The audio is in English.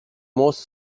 most